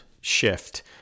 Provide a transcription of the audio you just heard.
shift